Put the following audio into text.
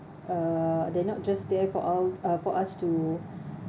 uh they're not just there for our uh for us to